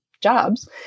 jobs